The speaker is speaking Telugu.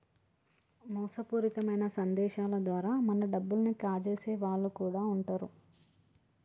మోసపూరితమైన సందేశాల ద్వారా మన డబ్బుల్ని కాజేసే వాళ్ళు కూడా వుంటరు